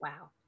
Wow